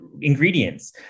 ingredients